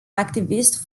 activist